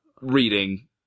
reading